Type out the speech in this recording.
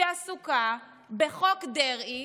שעסוקה בחוק דרעי,